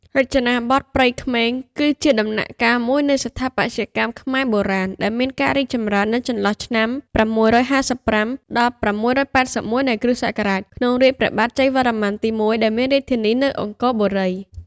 រចនាបថព្រៃក្មេង គឺជាដំណាក់កាលមួយនៃស្ថាបត្យកម្មខ្មែរបុរាណ ដែលមានការរីកចម្រើននៅចន្លោះឆ្នាំ ៦៥៥ ដល់ ៦៨១ នៃគ្រិស្តសករាជ ក្នុងរាជ្យព្រះបាទជ័យវរ្ម័នទី១ ដែលមានរាជធានីនៅអង្គរបុរី។